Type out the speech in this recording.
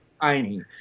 Tiny